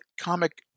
comic